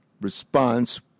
response